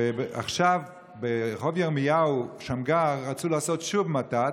עכשיו, ברחוב ירמיהו-שמגר רצו לעשות שוב מת"צ,